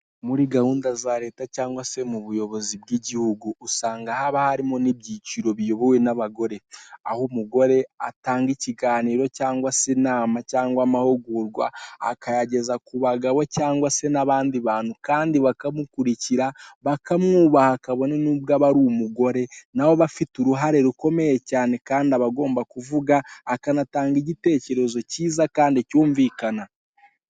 Muri gahunda za Leta cyangwa se mu buyobozi bw'igihugu usanga haba harimo n'ibyiciro biyobowe n'abagore. Aho umugore atanga ikiganiro cyangwa se inama cyangwa amahugurwa akayageza ku bagabo cyangwa se n'abandi bantu kandi bakamukurikira, bakamwubaha kabone n'ubwo yaba ari umugore na we aba afite uruhare rukomeye cyane kandi aba agomba kuvuga akanatanga igitekerezo cyiza kandi cyumvikana.